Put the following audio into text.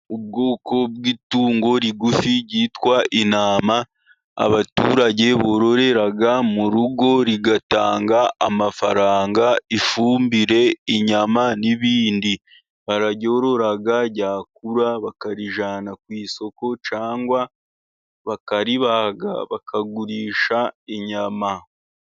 Ubwoko bw'itungo rigufi ryitwa intama abaturage bororera murugo rigatanga amafaranga, ifumbire, inyama n'ibindi bararyorora ryakura bakarijyana ku isoko cyangwa bakaribaga bakagurisha inyama.